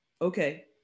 Okay